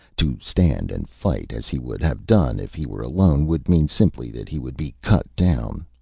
to stand and fight, as he would have done if he were alone, would mean simply that he would be cut down.